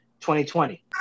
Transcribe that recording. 2020